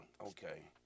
okay